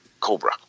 Cobra